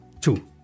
two